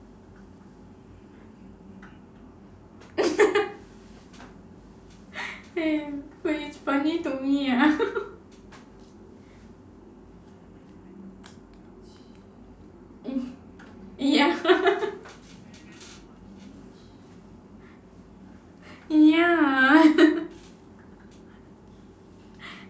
ya ya but it's funny to me ah ya ya